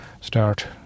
start